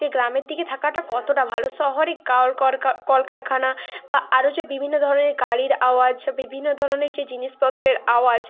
যে গ্রামের দিকে থাকাটা কতটা ভালো শহরে কলকারখানা বা আরও যে বিভিন্ন ধরনের গাড়ির আওয়াজ বিভিন্ন ধরনের যে জিনিসপত্রের আওয়াজ